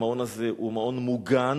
המעון הזה הוא מעון מוגן,